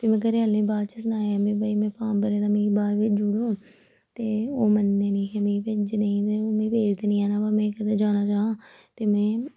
ते मै घरै आह्ले बाद च सनाया कि मै फार्म भरे दा मी बाह्र भेजी ओड़ो ते ओह् मन्नदे नेही मिगी भेजने गी ते ओह् मी भेजदे नी हैन ते मै कदें जाना चाह् ते मै